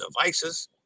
devices